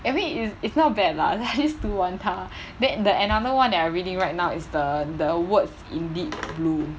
I mean it's it's not bad lah then I just 读完它 then the another [one] that I reading right now is the the words indeed blue